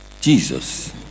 Jesus